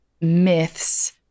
myths